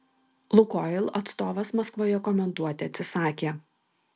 lukoil atstovas maskvoje komentuoti atsisakė